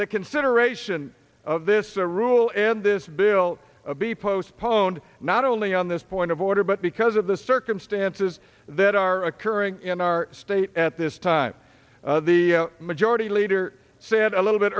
the consideration of this rule in this bill be postponed not only on this point of order but because of the circumstances that are occurring in our state at this time the majority leader said a little bit